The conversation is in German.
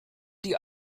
die